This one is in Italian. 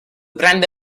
prende